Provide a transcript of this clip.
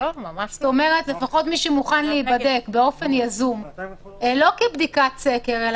לפחות את מי שמוכן להיבדק באופן יזום ולא כבדיקת סקר.